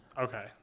Okay